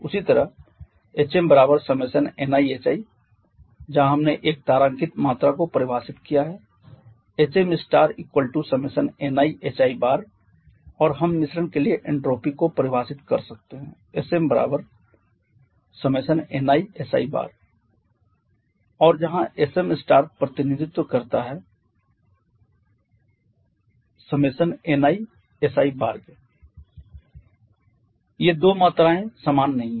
उसी तरह Hm i1knihi जहां हमने एक तारांकित मात्रा को परिभाषित किया है Hm i1knihi और हम मिश्रण के लिए एन्ट्रापी को परिभाषित कर सकते हैं Sm i1kni si और जहाँ Sm प्रतिनिधित्व करता है Sm i1kni Si ये दो मात्राएँ समान नहीं हैं